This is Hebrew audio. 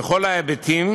בכל ההיבטים,